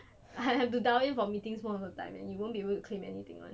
I have to dial for meetings most of the time and you won't be able to claim anything [one]